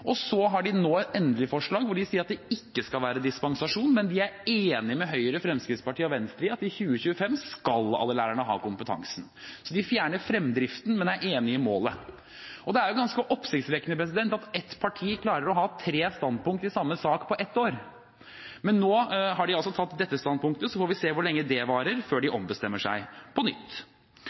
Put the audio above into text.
og nå har de endelig et forslag der de sier at det ikke skal være dispensasjon, men de er enig med Høyre, Fremskrittspartiet og Venstre i at i 2025 skal alle lærerne ha kompetansen. De fjerner fremdriften, men er enig i målet. Det er ganske oppsiktsvekkende at ett parti klarer å ha tre standpunkt i samme sak på ett år. Men nå har de altså tatt dette standpunktet, og så får vi se hvor lenge det varer før de ombestemmer seg på nytt.